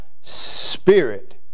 Spirit